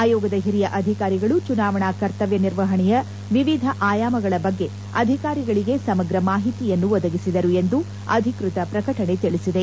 ಆಯೋಗದ ಹಿರಿಯ ಅಧಿಕಾರಿಗಳು ಚುನಾವಣಾ ಕರ್ತವ್ಯ ನಿರ್ವಹಣೆಯ ವಿವಿಧ ಆಯಾಮಗಳ ಬಗ್ಗೆ ಅಧಿಕಾರಿಗಳಿಗೆ ಸಮಗ್ರ ಮಾಹಿತಿಯನ್ನು ಒದಗಿಸಿದರು ಎಂದು ಅಧಿಕೃತ ಪ್ರಕಟಣೆ ತಿಳಿಸಿದೆ